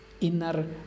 inner